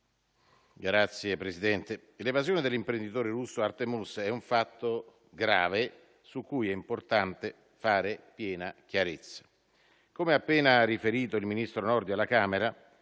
Signor Presidente, l'evasione dell'imprenditore russo Artem Uss è un fatto grave, su cui è importante fare piena chiarezza. Come ha appena riferito il ministro Nordio alla Camera,